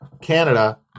Canada